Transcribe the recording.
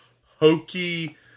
hokey